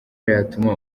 yatuma